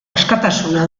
askatasuna